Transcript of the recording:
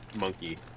monkey